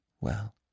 Well